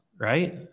right